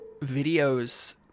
videos